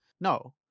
No